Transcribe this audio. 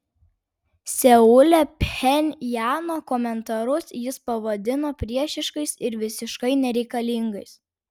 seule pchenjano komentarus jis pavadino priešiškais ir visiškai nereikalingais